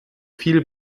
viel